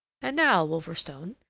and now, wolverstone,